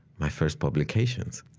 my first publications.